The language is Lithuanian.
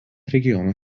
regiono